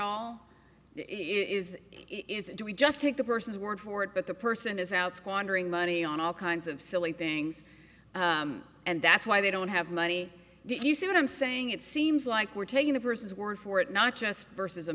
all is do we just take the person's word for it but the person is out squandering money on all kinds of silly things and that's why they don't have money do you see what i'm saying it seems like we're taking the person's word for it not just versus a